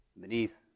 beneath